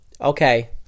Okay